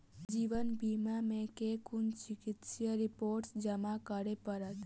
जीवन बीमा मे केँ कुन चिकित्सीय रिपोर्टस जमा करै पड़त?